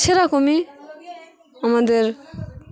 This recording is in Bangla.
সেরকমই আমাদের